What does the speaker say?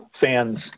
fans